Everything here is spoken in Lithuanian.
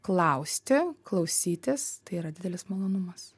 klausti klausytis tai yra didelis malonumas